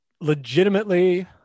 legitimately